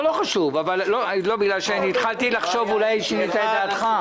לא חשוב, אבל התחלתי לחשוב שאולי שינית את דעתך.